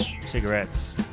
cigarettes